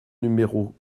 numéro